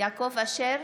יעקב אשר,